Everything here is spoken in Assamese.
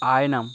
আইনাম